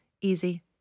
easy